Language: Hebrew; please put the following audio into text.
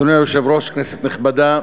אדוני היושב-ראש, כנסת נכבדה,